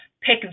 pick